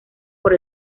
por